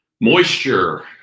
moisture